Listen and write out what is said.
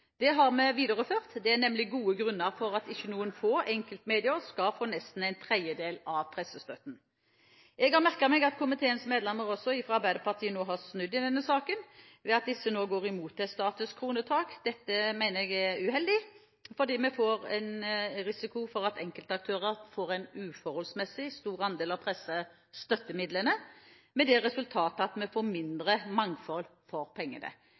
Det har vi videreført. Det er nemlig gode grunner for at ikke noen få enkeltmedier skal få nesten en tredjedel av pressestøtten. Jeg har merket meg at også komiteens medlemmer fra Arbeiderpartiet nå har snudd i denne saken, ved at disse nå går imot et statisk kronetak. Dette mener jeg er uheldig, fordi vi får en risiko for at enkeltaktører får en uforholdsmessig stor andel av pressestøttemidlene, med det resultat at vi får mindre mangfold for pengene.